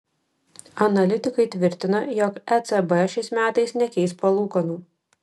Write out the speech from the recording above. analitikai tvirtina jog ecb šiais metais nekeis palūkanų